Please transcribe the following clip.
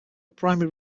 primary